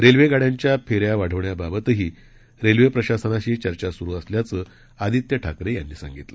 railway गाड्यांच्या फेऱ्या वाढवण्याबाबतही ही रेल्वे प्रशासनाशी चर्चा सुरु असल्याचं आदित्य ठाकरे यांनी सांगितलं